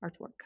artwork